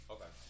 Okay